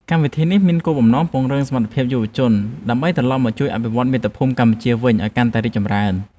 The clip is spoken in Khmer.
កម្មវិធីនេះមានគោលបំណងពង្រឹងសមត្ថភាពយុវជន ដើម្បីត្រឡប់មកជួយអភិវឌ្ឍមាតុភូមិកម្ពុជាវិញឱ្យកាន់តែរីកចម្រើន។